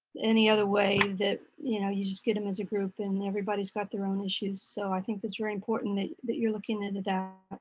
any other way that you know, you just get them as i group and everybody's got their own issues so i think it's very important that that you're looking into that. i'll